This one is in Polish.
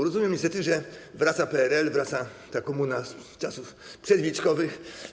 Rozumiem niestety, że wraca PRL, wraca ta komuna z czasów przedwilczkowych.